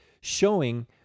showing